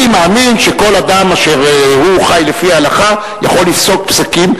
אני מאמין שכל אדם אשר חי לפי ההלכה יכול לפסוק פסקים,